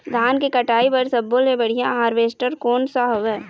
धान के कटाई बर सब्बो ले बढ़िया हारवेस्ट कोन सा हवए?